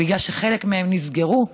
בגלל שחלק מהם נסגרו,